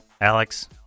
Alex